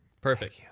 Perfect